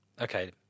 Okay